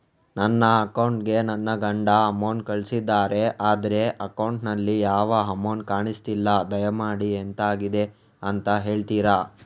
ನನ್ನ ಅಕೌಂಟ್ ಗೆ ನನ್ನ ಗಂಡ ಅಮೌಂಟ್ ಕಳ್ಸಿದ್ದಾರೆ ಆದ್ರೆ ಅಕೌಂಟ್ ನಲ್ಲಿ ಯಾವ ಅಮೌಂಟ್ ಕಾಣಿಸ್ತಿಲ್ಲ ದಯಮಾಡಿ ಎಂತಾಗಿದೆ ಅಂತ ಹೇಳ್ತೀರಾ?